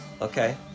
Okay